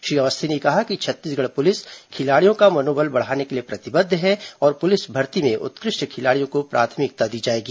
श्री अवस्थी ने कहा कि छत्तीसगढ़ पुलिस खिलाड़ियों का मनोबल बढ़ाने के लिए प्रतिबद्व है और पुलिस भर्ती में उत्कृष्ट खिलाड़ियों को प्राथमिकता दी जाएगी